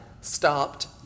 stopped